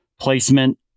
placement